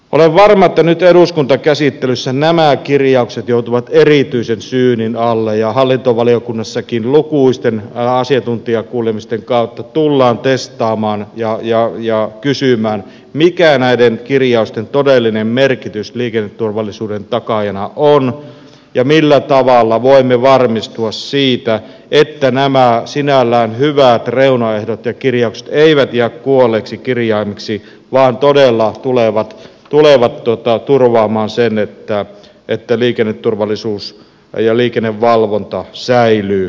olen varma että nyt eduskuntakäsittelyssä nämä kirjaukset joutuvat erityisen syynin alle ja hallintovaliokunnassakin lukuisten asiantuntijakuulemisten kautta tullaan testaamaan ja kysymään mikä näiden kirjausten todellinen merkitys liikenneturvallisuuden takaajana on ja millä tavalla voimme varmistua siitä että nämä sinällään hyvät reunaehdot ja kirjaukset eivät jää kuolleeksi kirjaimeksi vaan todella tulevat turvaamaan sen että liikenneturvallisuus ja liikennevalvonta säilyvät